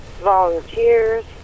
Volunteers